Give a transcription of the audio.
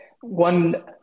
one